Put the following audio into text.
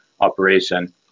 operation